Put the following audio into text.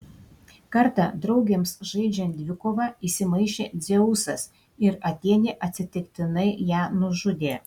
kartą draugėms žaidžiant dvikovą įsimaišė dzeusas ir atėnė atsitiktinai ją nužudė